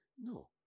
No